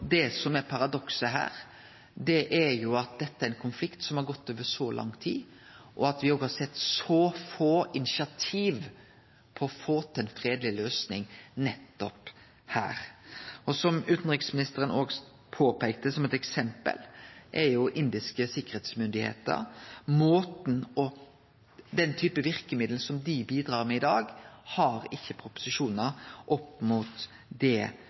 paradokset her, er at dette er ein konflikt som har gått over så lang tid, og at me har sett så få initiativ til å få til ei fredeleg løysing nettopp her. Som utanriksministeren òg påpeikte som eit eksempel, er indiske sikkerheitsmyndigheiter, og at den typen verkemiddel som dei bidreg med i dag, ikkje har proporsjonar opp mot det